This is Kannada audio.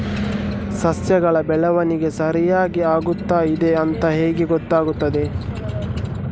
ಸಸ್ಯಗಳ ಬೆಳವಣಿಗೆ ಸರಿಯಾಗಿ ಆಗುತ್ತಾ ಇದೆ ಅಂತ ಹೇಗೆ ಗೊತ್ತಾಗುತ್ತದೆ?